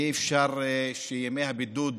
אי-אפשר שימי הבידוד